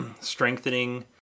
strengthening